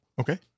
okay